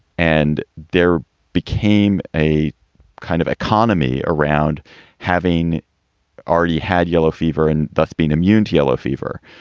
and there became a kind of economy around having already had yellow fever and thus been immune to yellow fever.